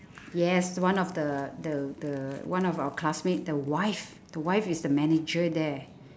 yes one of the the the one of our classmate the wife the wife is the manager there